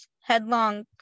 headlong